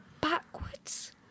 Backwards